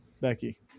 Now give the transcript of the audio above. Becky